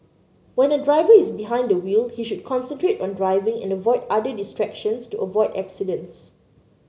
when a driver is behind the wheel he should concentrate on driving and avoid other distractions to avoid accidents